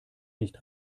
nicht